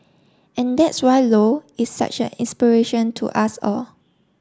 and that's why low is such an inspiration to us all